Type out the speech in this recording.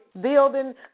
building